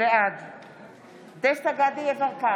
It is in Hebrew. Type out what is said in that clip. בעד דסטה גדי יברקן,